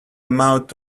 amount